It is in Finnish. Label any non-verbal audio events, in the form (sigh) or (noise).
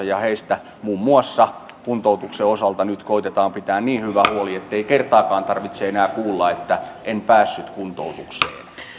(unintelligible) ja heistä muun muassa kuntoutuksen osalta nyt koetetaan pitää niin hyvä huoli ettei kertaakaan tarvitse enää kuulla heiltä en päässyt kuntoutukseen tämä